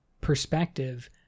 perspective